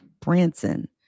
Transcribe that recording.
Branson